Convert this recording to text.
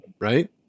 Right